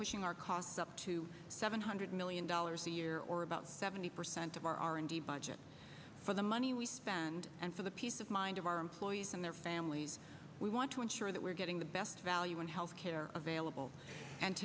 pushing our costs up to seven hundred million dollars a year or about seventy percent of our r and d budget for the money we spend and for the peace of mind of our employees and their families we want to ensure that we're getting the best value in health care available and